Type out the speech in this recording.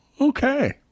Okay